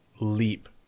leap